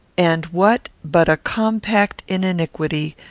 and what, but a compact in iniquity,